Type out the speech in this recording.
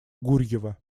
гурьева